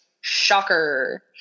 Shocker